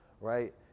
right